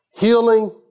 Healing